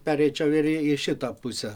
pereičiau ir į šitą pusę